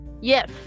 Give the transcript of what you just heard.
Yes